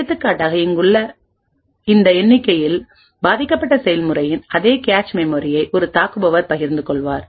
எடுத்துக்காட்டாக இங்குள்ள இந்த எண்ணிக்கையில் பாதிக்கப்பட்ட செயல்முறையின் அதே கேச் மெமரியை ஒரு தாக்குபவர் பகிர்ந்துகொள்வார்